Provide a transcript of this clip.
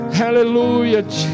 Hallelujah